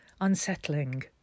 unsettling